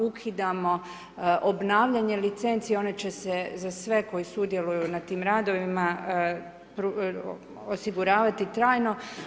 Ukidamo obnavljanje licenci, oni će se za sve koji sudjeluju na tim radovima, osiguravati trajno.